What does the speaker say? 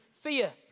fear